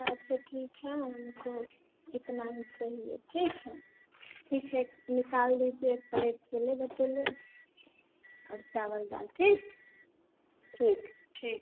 अच्छा ठीक है हमको इतना ही चाहिए ठीक है ठीक है निकाल दीजिए एक पलेट छोले भटूरे और चावल दाल ठीक ठीक ठीक है